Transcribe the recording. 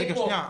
רגע, שנייה.